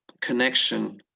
connection